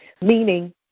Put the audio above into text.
meaning